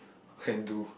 hairdo